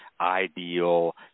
ideal